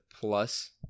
plus